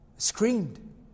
screamed